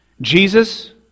Jesus